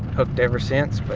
hooked ever since. but